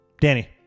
Danny